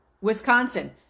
Wisconsin